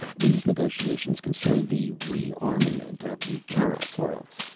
these negotiations concern the rearmaments of the kerak worlds.